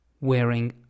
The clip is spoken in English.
wearing